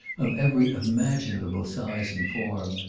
of every imaginable size and form,